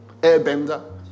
airbender